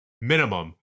Minimum